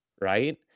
right